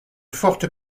forte